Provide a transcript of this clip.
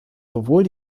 sowohl